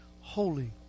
holy